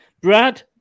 Brad